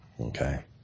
Okay